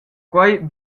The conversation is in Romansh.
quei